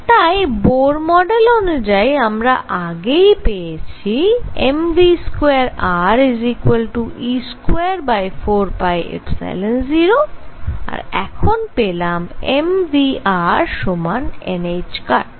তাই Bohr model অনুযায়ী আমরা আগেই পেয়েছি mv2re24π0 আর এখন পেলাম m v r সমান n